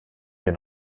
wir